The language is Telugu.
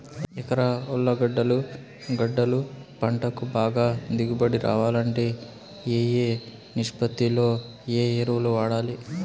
ఎకరా ఉర్లగడ్డలు గడ్డలు పంటకు బాగా దిగుబడి రావాలంటే ఏ ఏ నిష్పత్తిలో ఏ ఎరువులు వాడాలి?